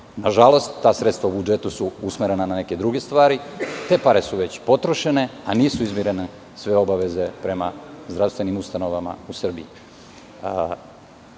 Nažalost, ta sredstva u budžetu su usmerena na neke druge stvari, a pare su već potrošene, a nisu izmirene sve obaveze prema zdravstvenim ustanovama u Srbiji. Taj